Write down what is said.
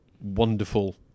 wonderful